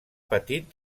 petit